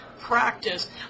practice